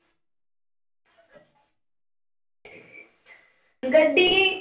गड्डी